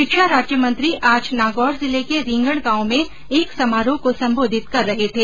शिक्षा राज्यमंत्री आज नागौर जिले के रिंगण गांव में एक समारोह को सम्बोधित कर रहे थे